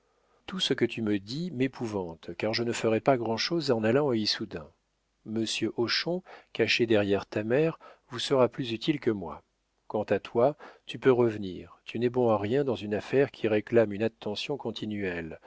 tout ce que tu me dis m'épouvante car je ne ferais pas grand'chose en allant à issoudun monsieur hochon caché derrière ta mère vous sera plus utile que moi quant à toi tu peux revenir tu n'es bon à rien dans une affaire qui réclame une attention continuelle